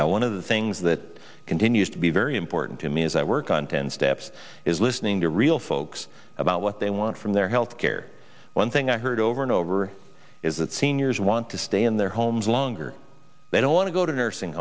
patients one of the things that continues to be very important to me as i work on ten steps is listening to real folks about what they want from their health care one thing i heard over and over is that seniors want to stay in their homes longer they don't want to go to nursing